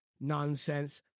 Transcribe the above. nonsense